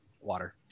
Water